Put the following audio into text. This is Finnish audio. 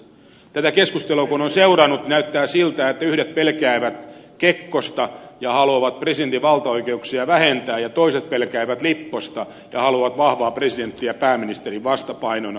tätä keskustelua kun on seurannut näyttää siltä että yhdet pelkäävät kekkosta ja haluavat presidentin valtaoikeuksia vähentää ja toiset pelkäävät lipposta ja haluavat vahvaa presidenttiä pääministerin vastapainona